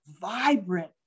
vibrant